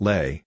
Lay